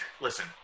listen